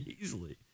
Easily